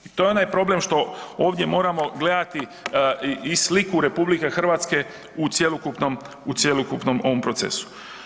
To je onaj problem što ovdje moramo gledati i sliku RH u cjelokupnom ovom procesu.